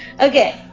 Okay